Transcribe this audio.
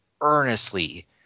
earnestly